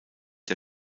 der